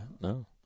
No